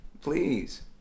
please